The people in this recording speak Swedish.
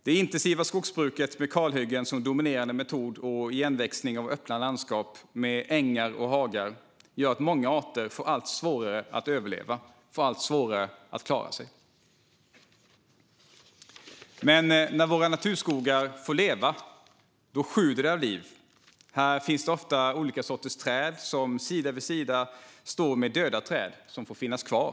Det intensiva skogsbruket med kalhyggen som dominerande metod och igenväxning av öppna landskap, av ängar och hagar, gör att många arter får allt svårare att överleva och klara sig. Men när våra naturskogar får leva sjuder det av liv. Här finns ofta olika sorters träd som sida vid sida står med döda träd som får finnas kvar.